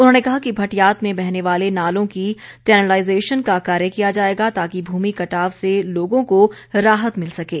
उन्होंने कहा कि भटियात में बहने वाले नालों की चैनेलाईजेशन का कार्य किया जाएगा ताकि भूमि कटाव से लोगों को राहत मिल सकें